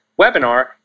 webinar